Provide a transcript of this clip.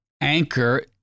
anchor